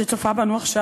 שצופה בנו עכשיו,